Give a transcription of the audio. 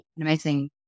amazing